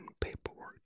paperwork